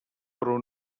però